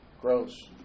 Gross